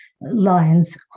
lines